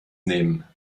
nehmen